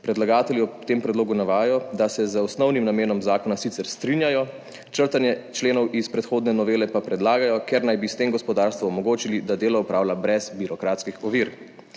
Predlagatelji ob tem predlogu navajajo, da se z osnovnim namenom zakona sicer strinjajo, črtanje členov iz predhodne novele pa predlagajo, ker naj bi s tem gospodarstvu omogočili, da delo opravlja brez birokratskih ovir.